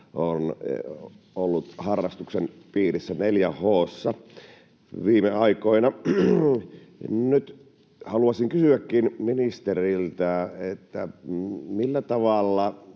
on ollut harrastuksen piirissä 4H:ssa viime aikoina. Nyt haluaisinkin kysyä ministeriltä: millä tavalla